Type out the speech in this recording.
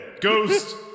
Ghost